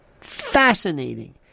fascinating